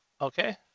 Okay